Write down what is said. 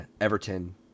Everton